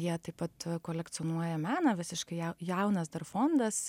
jie taip pat kolekcionuoja meną visiškai jau jaunas dar fondas